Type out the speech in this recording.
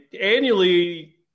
annually